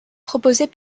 proposait